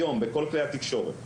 היום בכל כלי התקשורת,